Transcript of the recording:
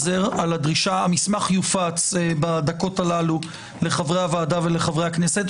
המסמך יופץ בדקות הללו לחברי הוועדה ולחברי הכנסת,